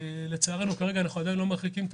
לצערנו אנחנו עדיין לא מרחיקים את